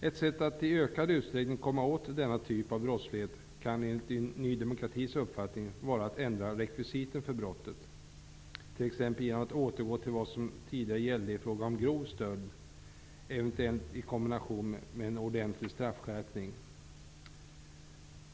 Ett sätt att i ökad utsträckning komma åt denna typ av brottslighet kan enligt Ny demokratis uppfattning vara att ändra rekvisiten för brottet, t.ex. genom att återgå till vad som tidigare gällde i fråga om grov stöld, eventuellt i kombination med en ordentlig straffskärpning.